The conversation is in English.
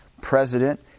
president